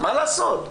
מה לעשות.